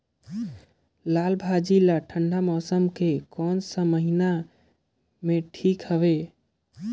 लालभाजी ला ठंडा मौसम के कोन सा महीन हवे ठीक हवे?